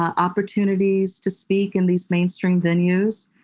ah opportunities to speak in these mainstream venues,